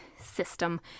system